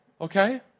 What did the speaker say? Okay